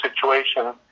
situation